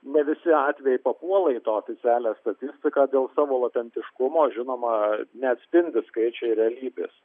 ne visi atvejai papuola į tokią realią statistiką dėl savo latentiškumo žinoma neatspindi skaičiai realybės